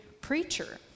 preacher